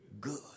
good